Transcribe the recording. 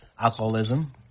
Alcoholism